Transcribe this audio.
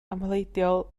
amhleidiol